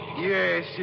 Yes